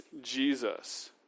Jesus